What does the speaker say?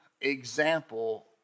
example